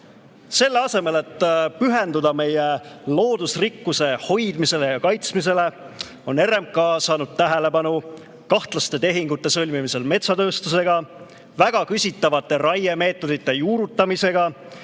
Selle asemel, et pühenduda meie loodusrikkuse hoidmisele ja kaitsmisele, on RMK saanud tähelepanu kahtlaste tehingute sõlmimisel metsatööstusega, väga küsitavate raiemeetodite juurutamisega